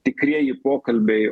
tikrieji pokalbiai